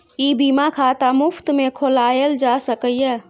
ई बीमा खाता मुफ्त मे खोलाएल जा सकैए